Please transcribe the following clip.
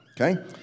okay